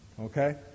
Okay